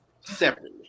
separately